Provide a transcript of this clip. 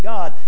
God